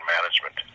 Management